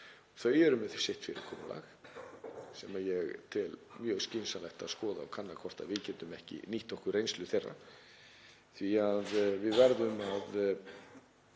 Þau eru með sitt fyrirkomulag og ég tel mjög skynsamlegt að skoða og kanna hvort við getum ekki nýtt okkur reynslu þeirra.